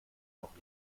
noch